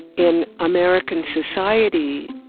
in american society,